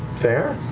fair.